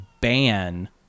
ban